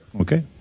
Okay